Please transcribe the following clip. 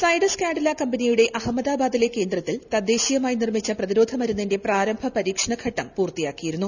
സൈഡസ് കാഡില കമ്പനിയുടെ അഹമ്മദാബാദിലെ കേന്ദ്രത്തിൽ തദ്ദേശീയമായി നിർമ്മിച്ച പ്രതിരോധ മരുന്നിന്റെ പ്രാരംഭ പരീക്ഷണഘട്ടം പൂർത്തിയാക്കിയിരന്നു